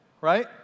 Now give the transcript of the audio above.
right